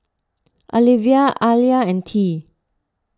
Alivia Ayla and Tea